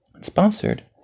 sponsored